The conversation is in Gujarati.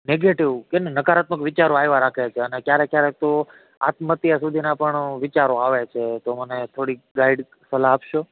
નેગેટિવ કેને નકારાત્મક વિચાર આયવા રાખે છે ક્યારેક ક્યારેક તો આત્મહત્યા સુધીના પણ વિચારો આવે છે તો મને થોડીક ગાઈડ સલાહ આપશો